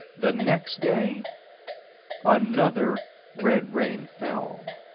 the next day another red rain fell.